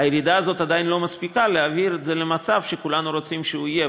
הירידה הזאת עדיין לא מספיקה להעביר את זה למצב שכולנו רוצים שהוא יהיה,